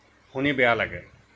শুনি বেয়া লাগে